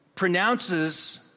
Pronounces